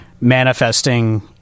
manifesting